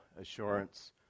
assurance